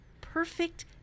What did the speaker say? perfect